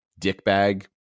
dickbag